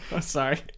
sorry